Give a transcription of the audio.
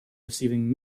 receiving